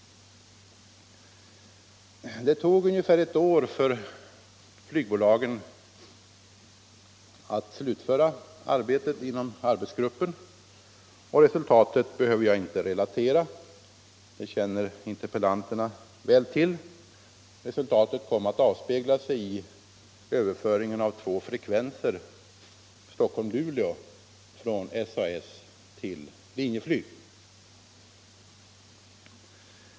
Det tog ungefär ett år för flygbolagen att slutföra arbetet inom arbetsgruppen. Resultatet behöver jag inte relatera; det känner interpellanterna väl till. Det kom att avspegla sig i överföringen av två frekvenser Stockholm-Luleå från SAS till Linjeflyg.